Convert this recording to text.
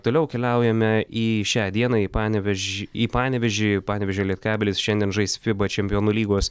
toliau keliaujame į šią dieną į panevėžį į panevėžį panevėžio lietkabelis šiandien žais fiba čempionų lygos